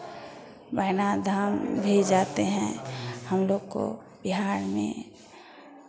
वैद्यनाथ धाम भी जाते हैं हम लोग को बिहार में